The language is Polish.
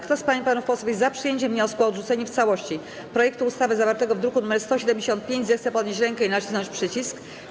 Kto z pań i panów posłów jest przyjęciem wniosku o odrzucenie w całości projektu ustawy zawartego w druku nr 175, zechce podnieść rękę i nacisnąć przycisk.